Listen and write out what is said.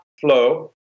flow